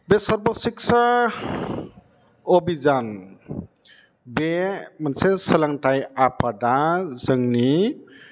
बे सर्भ सिक्षा अभिज्ञान बे मोनसे सोलोंथाइ आफादा जोंनि